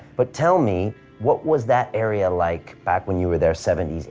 but tell me what was that area like back when you were there seventy s,